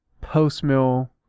post-mill